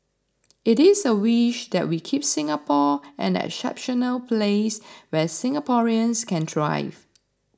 it is a wish that we keep Singapore an exceptional place where Singaporeans can thrive